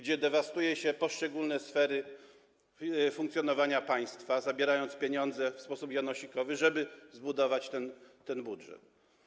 Dewastuje się poszczególne sfery funkcjonowania państwa, zabierając pieniądze w sposób janosikowy, żeby zbudować ten budżet.